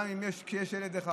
גם כשיש ילד אחד,